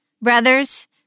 brothers